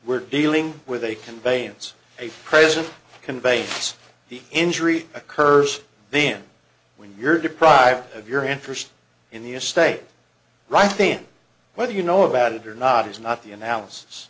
we're dealing with a conveyance a president conveys the injury occurred the when you're deprived of your interest in the estate right there whether you know about it or not is not the analysis